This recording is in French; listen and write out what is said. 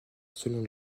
selon